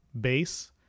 base